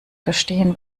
verstehen